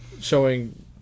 Showing